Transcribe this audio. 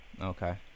Okay